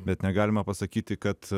bet negalime pasakyti kad